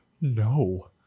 No